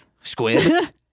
Squid